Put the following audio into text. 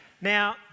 Now